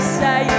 say